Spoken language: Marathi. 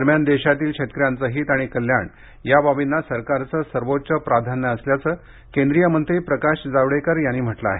दरम्यान देशातील शेतकऱ्यांचे हित आणि कल्याण या बाबींना सरकारचं सर्वोच्च प्राधान्य असल्याचं केंद्रीय मंत्री प्रकाश जावडेकर यांनी म्हटलं आहे